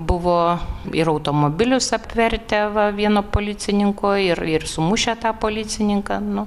buvo ir automobilius apvertę va vieno policininko ir ir sumušę tą policininką nu